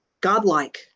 godlike